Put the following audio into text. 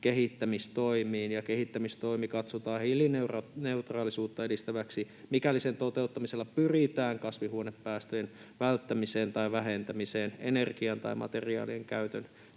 kehittämistoimiin, ja kehittämistoimi katsotaan hiilineutraalisuutta edistäväksi, mikäli sen toteuttamisella pyritään kasvihuonepäästöjen välttämiseen tai vähentämiseen, energian tai materiaalien käytön